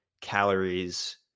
calories